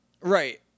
Right